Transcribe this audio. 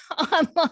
online